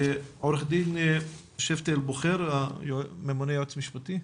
עורך דין שבתי אלבוחר, ממונה ייעוץ משפטי.